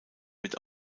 wird